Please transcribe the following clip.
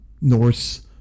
Norse